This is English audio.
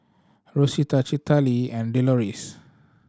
Rosita Citlalli and Deloris